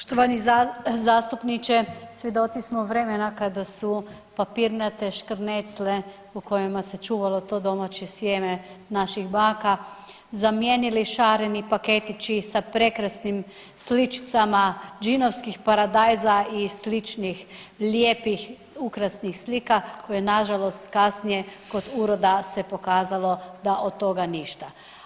Poštovani zastupniče, svjedoci smo vremena kada su papirnate škrnecle u kojima se čuvalo to domaće sjeme naših baka zamijenili šareni paketići sa prekrasnim sličicama, džinovskih paradajza i sličnih lijepih ukrasnih slika koje nažalost kasnije kod ureda se pokazalo da od toga ništa.